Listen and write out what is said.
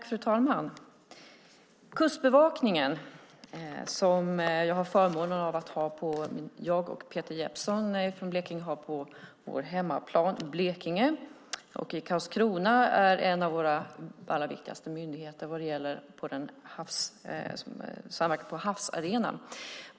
Fru talman! Kustbevakningen som jag och Peter Jeppsson har förmånen att ha på vår hemmaplan Blekinge, i Karlskrona, är en av våra allra viktigaste myndigheter på havsarenan.